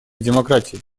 демократии